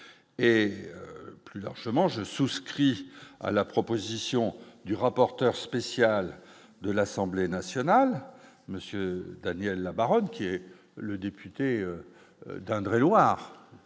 et, plus largement, je souscris à la proposition du rapporteur spécial de l'Assemblée nationale, monsieur Daniel, la baronne, qui est le député d'Indre-et-Loire